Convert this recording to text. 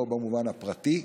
לא במובן הפרטי,